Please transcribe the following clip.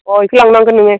अ इखौ लांनांगोन नोङो